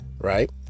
right